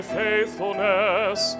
faithfulness